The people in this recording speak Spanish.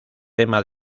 tema